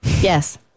Yes